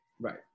Right